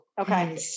Okay